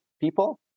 people